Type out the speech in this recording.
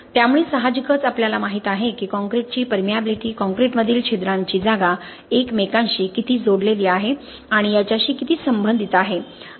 त्यामुळे साहजिकच आपल्याला माहित आहे की काँक्रीटची परर्मीयाबिलिटी काँक्रीटमधील छिद्रांची जागा एकमेकांशी किती जोडलेली आहे आणि याच्याशी किती संबंधित आहे